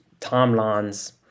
timelines